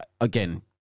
again